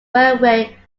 railway